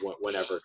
whenever